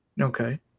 Okay